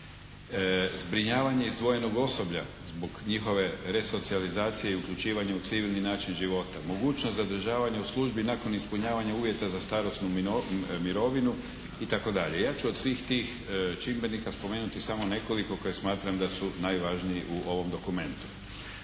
Zbrinjavanje izdvojenog osoblja zbog njihove resocijalizacije i uključivanja u civilni način života. Mogućnost zadržavanja u službi i nakon ispunjavanja uvjeta za starosnu mirovinu i tako dalje. Ja ću od svih tih čimbenika spomenuti samo nekoliko koje smatram da su najvažniji u ovom dokumentu.